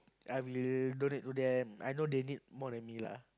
I will donate to them I know they need more than me lah